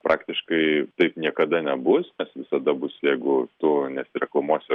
praktiškai taip niekada nebus kas visada bus jeigu tu nesireklamuosi